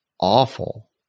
awful